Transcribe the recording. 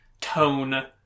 tone